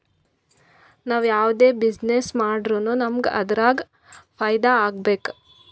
ನಾವ್ ಯಾವ್ದೇ ಬಿಸಿನ್ನೆಸ್ ಮಾಡುರ್ನು ನಮುಗ್ ಅದುರಾಗ್ ಫೈದಾ ಆಗ್ಬೇಕ